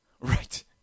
Right